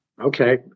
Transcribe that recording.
Okay